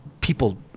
people